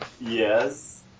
Yes